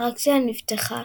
האטרקציה נפתחה